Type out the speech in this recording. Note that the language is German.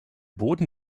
boden